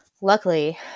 luckily